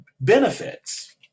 benefits